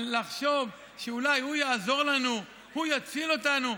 אבל לחשוב שאולי הוא יעזור לנו, הוא יציל אותנו,